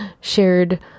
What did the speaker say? shared